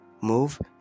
move